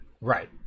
Right